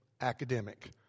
academic